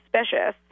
suspicious